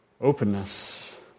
Openness